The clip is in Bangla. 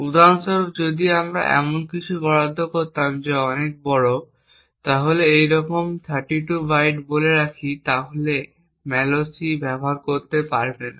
উদাহরণ স্বরূপ যদি আমরা এমন কিছু বরাদ্দ করতাম যা অনেক বড় তাহলে এইরকম 32 বাইট বলে রাখি তাহলে malloc ব্যবহার করতে পারবে না